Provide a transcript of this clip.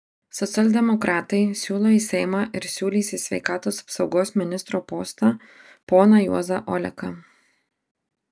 socialdemokratai siūlo į seimą ir siūlys į sveikatos apsaugos ministro postą poną juozą oleką